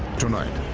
tonight.